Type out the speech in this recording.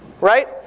Right